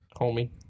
homie